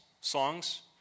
songs